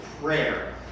prayer